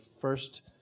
first